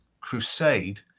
crusade